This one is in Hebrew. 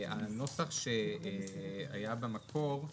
הנוסח שהיה במקור,